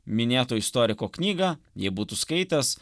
minėto istoriko knygą jei būtų skaitęs